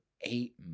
eight